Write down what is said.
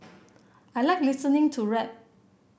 I like listening to rap